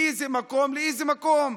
מאיזה למקום לאיזה מקום.